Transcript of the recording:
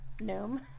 gnome